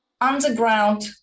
underground